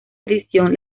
edición